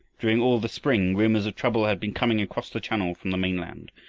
during all the spring rumors of trouble had been coming across the channel from the mainland.